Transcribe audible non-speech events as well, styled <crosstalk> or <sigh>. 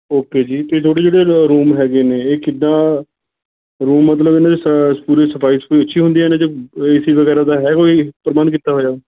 okay ਜੀ ਅਤੇ <unintelligible> room ਹੈਗੇ ਨੇ ਇਹ ਕਿਦਾਂ ਰੂਮ ਮਤਲਬ ਇਹਨਾਂ ਦੇ ਸ ਪੂਰੀ ਸਫ਼ਾਈ ਸਫ਼ੂਈ ਅੱਛੀ ਹੁੰਦੀ ਇਹਨਾਂ 'ਚ ਏ ਸੀ ਵਗੈਰਾ ਦਾ ਹੈ ਕੋਈ ਪ੍ਰਬੰਧ ਕੀਤਾ ਹੋਇਆ